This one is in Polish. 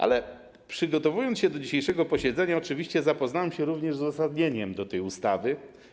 Ale przygotowując się do dzisiejszego posiedzenia, oczywiście zapoznałem się również z uzasadnieniem tej ustawy.